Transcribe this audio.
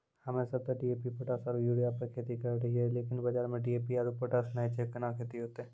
हम्मे सब ते डी.ए.पी पोटास आरु यूरिया पे खेती करे रहियै लेकिन बाजार मे डी.ए.पी आरु पोटास नैय छैय कैना खेती होते?